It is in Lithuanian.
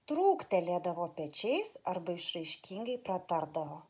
trūktelėdavo pečiais arba išraiškingai pratardavo